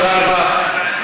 תודה רבה.